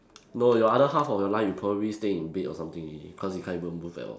no your other half of your life you probably stay in bed or something already cause you can't even move at all